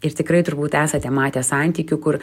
ir tikrai turbūt esate matę santykių kur